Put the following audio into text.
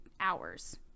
hours